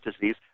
disease